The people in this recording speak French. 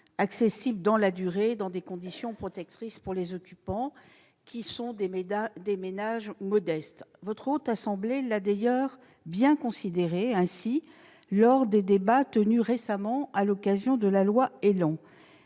accessibles dans la durée dans des conditions protectrices pour les occupants, qui sont des ménages modestes. La Haute Assemblée l'a d'ailleurs bien considéré ainsi lors des débats tenus récemment à l'occasion de la loi ÉLAN,